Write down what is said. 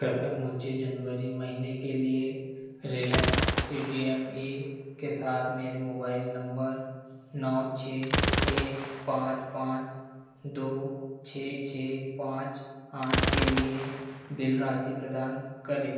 कृपया मुझे जनवरी महीने के लिए Reliance C D M A के साथ मेरे मोबाइल नम्बर नौ छह एक पाँच पाँच दो छह छह पाँच आठ के लिए बिल राशि प्रदान करें